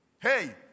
hey